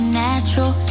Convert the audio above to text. natural